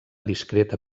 discreta